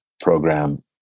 program